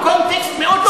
הקונטקסט מאוד לא חשוב.